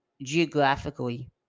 geographically